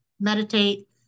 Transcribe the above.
meditate